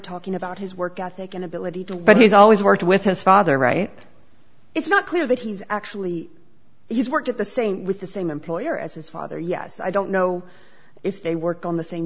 talking about his work ethic and ability to but he's always worked with his father right it's not clear that he's actually he's worked at the same with the same employer as his father yes i don't know if they work on the same